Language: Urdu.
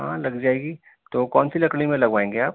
ہاں لگ جائے گی تو کون سی لکڑی میں لگوائیں گے آپ